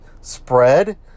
spread